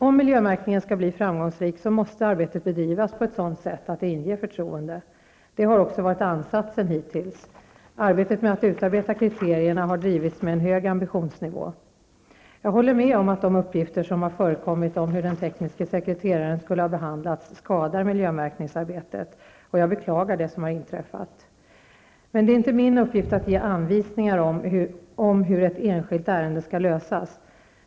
Om miljömärkningen skall bli framgångsrik, måste arbetet bedrivas på ett sådant sätt att det inger förtroende. Det har också varit ansatsen hittills. Arbetet med att utarbeta kriterierna har drivits med en hög ambitionsnivå. Jag håller med om att de uppgifter som har förekommit om hur den tekniske sekreteraren skulle ha behandlats skadar miljömärkningsarbetet. Jag beklagar det som inträffat. Det är inte min uppgift att ge anvisningar om hur ett enskilt ärende skall lösas.